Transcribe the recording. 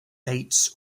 dates